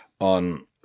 on